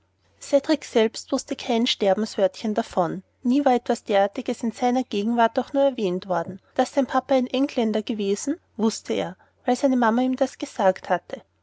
selbst wußte kein sterbenswörtchen davon nie war etwas derartiges in seiner gegenwart auch nur erwähnt worden daß sein papa ein engländer gewesen wußte er weil seine mama ihm das gesagt hatte